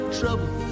trouble